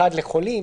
אחת לחולים.